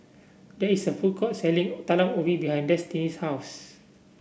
there is a food court selling Talam Ubi behind Destini's house